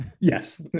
Yes